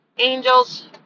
Angels